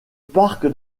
parc